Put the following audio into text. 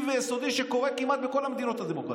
ויסודי שקורה כמעט בכל המדינות הדמוקרטיות.